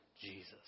Jesus